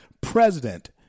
president